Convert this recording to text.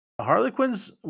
Harlequins